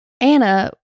Anna